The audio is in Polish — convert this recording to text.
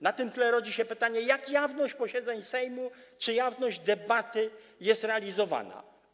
Na tym tle rodzi się pytanie, jak jawność posiedzeń Sejmu czy jawność debaty są realizowane.